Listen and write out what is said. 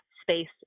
space